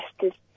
justice